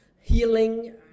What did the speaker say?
Healing